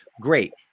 great